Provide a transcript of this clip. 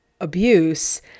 abuse